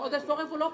עודד פורר, הוא לא פה.